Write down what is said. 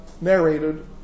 narrated